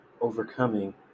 overcoming